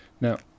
Now